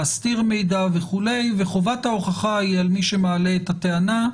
להסתיר מידע וכו' וחובת ההוכחה היא על מי שמעלה את הטענה,